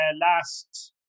last